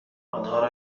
آنها